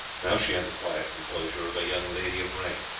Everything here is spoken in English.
now she had the quiet composure of a young lady of rank.